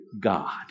God